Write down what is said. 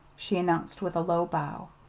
she announced with a low bow.